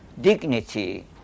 dignity